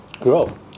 Grow